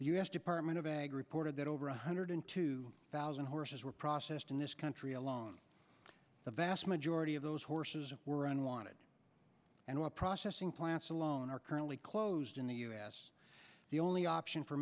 s department of agriculture that over one hundred in two thousand horses were processed in this country alone the vast majority of those horses were on wanted and well processing plants alone are currently closed in the u s the only option for